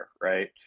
right